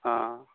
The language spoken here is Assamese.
অঁ